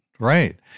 Right